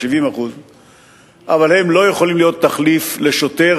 70%. אבל הן לא יכולות להיות תחליף לשוטר,